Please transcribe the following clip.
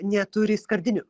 neturi skardinių